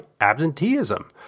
absenteeism